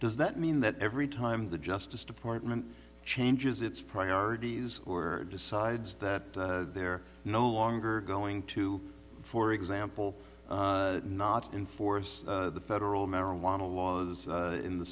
does that mean that every time the justice department changes its priorities were decides that they're no longer going to for example not enforce federal marijuana laws in the